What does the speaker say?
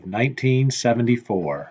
1974